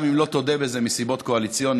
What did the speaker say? גם אם לא תודה בזה מסיבות קואליציוניות,